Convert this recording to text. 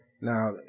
Now